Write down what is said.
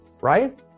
Right